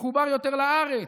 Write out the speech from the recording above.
הוא מחובר יותר לארץ.